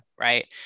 right